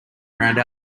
around